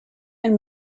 and